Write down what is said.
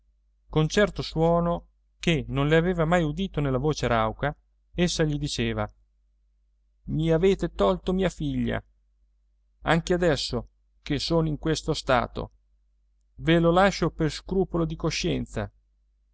con certo suono che non le aveva mai udito nella voce rauca essa gli diceva i avete tolto mia figlia anche adesso che sono in questo stato ve lo lascio per scrupolo di coscienza